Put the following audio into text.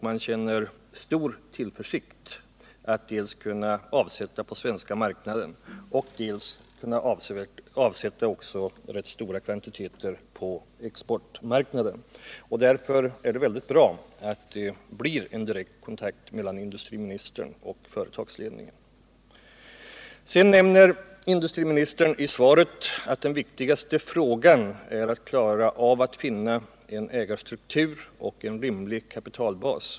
Man känner stor tillförsikt när det gäller att finna avsättning för rätt stora kvantiteter dels på den svenska marknaden, dels på exportmarknaden. En direkt kontakt mellan industriministern och företagsledningen är därför av stor betydelse. Vidare nämner industriministern i svaret att den viktigaste frågan är att klara av att finna en ägarstruktur och en rimlig kapitalbas.